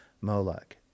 Moloch